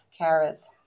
carers